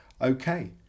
Okay